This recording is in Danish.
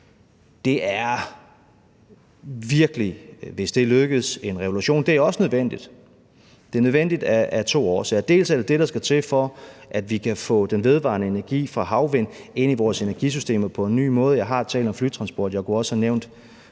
det er virkelig, hvis det lykkes, en revolution. Det er også nødvendigt, og det er nødvendigt af to årsager: Den ene grund er, at det er det, der skal til, for at vi kan få den vedvarende energi fra havvind ind i vores energisystemer på en ny måde – jeg har talt om flytransport, jeg kunne også have nævnt